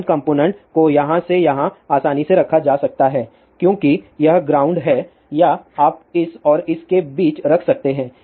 shunt component को यहाँ से यहाँ आसानी से रखा जा सकता है क्योंकि यह ग्राउंड है या आप इस और इसके बीच रख सकते हैं